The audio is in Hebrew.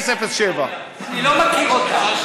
007. אני לא מכיר אותם,